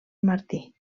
martí